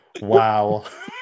wow